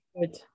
Good